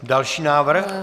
Další návrh.